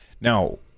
Now